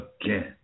Again